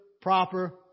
proper